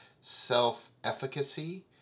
self-efficacy